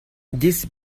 this